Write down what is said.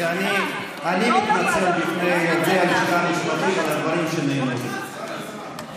ואני מתנצל בפני עובדי הלשכה המשפטית על הדברים שנאמרו כאן.